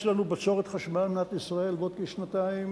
יש לנו בצורת חשמל במדינת ישראל בעוד כשנתיים,